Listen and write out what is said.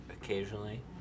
occasionally